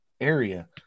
area